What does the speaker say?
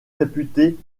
réputée